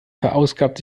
verausgabt